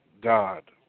god